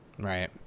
Right